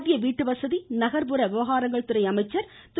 மத்திய வீட்டுவசதி மற்றும் நகர்ப்புற விவகாரங்கள்துறை அமைச்சர் திரு